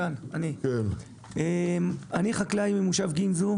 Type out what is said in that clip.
אני חקלאי ממושב גמזו.